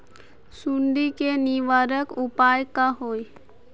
सुंडी के निवारक उपाय का होए?